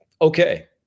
Okay